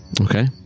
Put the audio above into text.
Okay